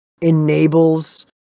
enables